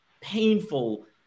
painful